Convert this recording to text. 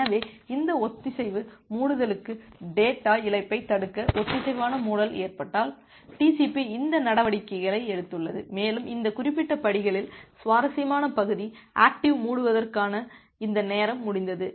எனவே இந்த ஒத்திசைவு மூடுதலுக்கு டேட்டா இழப்பைத் தடுக்க ஒத்திசைவான மூடல் ஏற்பட்டால் TCP இந்த நடவடிக்கைகளை எடுத்துள்ளது மேலும் இந்த குறிப்பிட்ட படிகளில் சுவாரஸ்யமான பகுதி ஆக்டிவ் மூடுவதற்கான இந்த நேரம் முடிந்தது